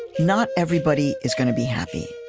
not everybody is going to be happy,